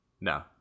No